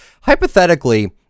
hypothetically